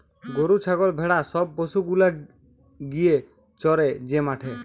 গরু ছাগল ভেড়া সব পশু গুলা গিয়ে চরে যে মাঠে